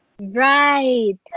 Right